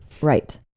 Right